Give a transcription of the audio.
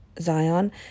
Zion